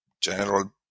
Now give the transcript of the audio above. general